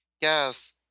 Yes